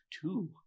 two